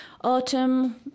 autumn